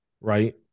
right